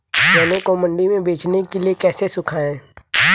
चने को मंडी में बेचने के लिए कैसे सुखाएँ?